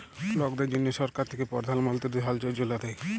লকদের জ্যনহে সরকার থ্যাকে পরধাল মলতিরি ধল যোজলা দেই